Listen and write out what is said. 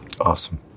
Awesome